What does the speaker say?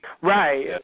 right